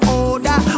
older